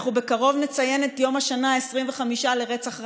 אנחנו בקרוב נציין את יום השנה ה-25 לרצח רבין.